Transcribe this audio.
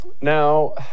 Now